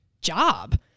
job